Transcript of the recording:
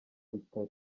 bitari